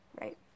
right